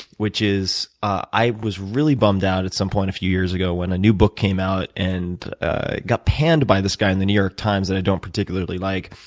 which is i was really bummed out at some point a few years ago when a new book came out, and it got panned by this guy in the new york times that i don't particularly like.